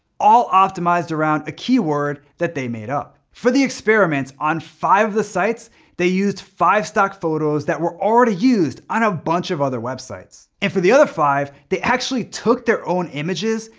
all optimized around a keyword that they made up. for the experiments, on five of the sites they used five stock photos that were already used on a bunch of other websites. and for the other five, they actually took their own images,